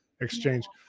exchange